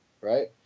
right